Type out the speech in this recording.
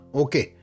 okay